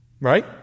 right